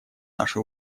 наши